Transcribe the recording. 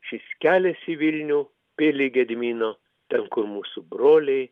šis kelias į vilnių pilį gedimino ten kur mūsų broliai